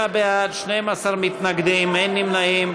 23 בעד, 12 מתנגדים, אין נמנעים.